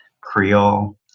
Creole